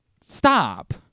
stop